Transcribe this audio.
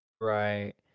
Right